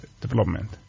development